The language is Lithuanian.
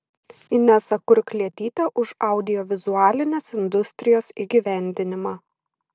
inesa kurklietytė už audiovizualinės industrijos įgyvendinimą